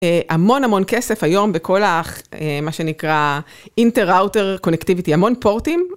המון המון כסף היום בכל מה שנקרא inter router connectivity המון פורטים.